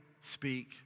speak